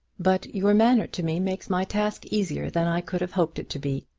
but your manner to me makes my task easier than i could have hoped it to be.